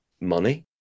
money